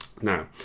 Now